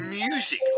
Music